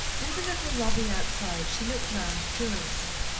in the little lobby outside she looked round curiously.